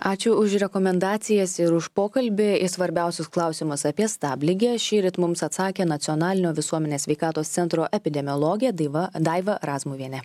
ačiū už rekomendacijas ir už pokalbį į svarbiausius klausimus apie stabligę šįryt mums atsakė nacionalinio visuomenės sveikatos centro epidemiologė daiva daiva razmuvienė